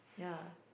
yeah